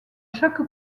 chaque